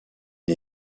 une